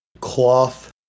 cloth